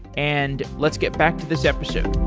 and let's get back to this episode